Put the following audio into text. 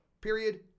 Period